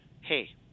hey